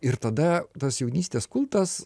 ir tada tas jaunystės kultas